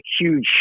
huge